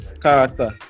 character